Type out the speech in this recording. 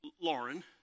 Lauren